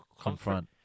confront